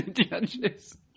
Judges